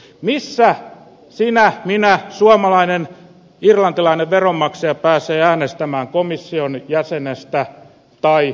missä sinä minä suomalainen irlantilainen veronmaksaja pääsemme äänestämään komission jäsenestä tai ekpstä